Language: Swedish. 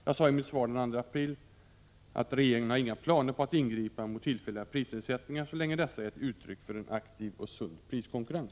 Jag sade i mitt svar den 2 april att regeringen har inga planer på att ingripa mot tillfälliga prisnedsättningar, så länge dessa är ett uttryck för en aktiv och sund priskonkurrens.